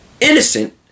Innocent